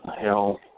hell